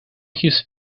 his